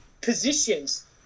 positions